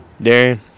Darren